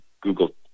Google